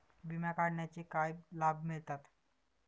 विमा काढण्याचे काय लाभ मिळतात?